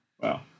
Wow